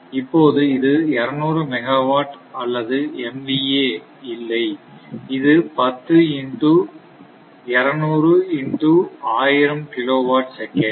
இப்போது இது 200 மெகாவாட் அல்லது mva இல்லை இது 10 into 200 into 1000 kilowatt second